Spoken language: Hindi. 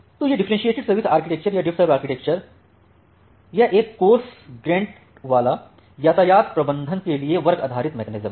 तो यह डिफ्फरेंशिएटेड सर्विस आर्किटेक्चर या डिफर्वस आर्किटेक्चर यह एक कोर्स ग्रेन्ड वाला यातायात प्रबंधन के लिए वर्ग आधारित मैकेनिज्म है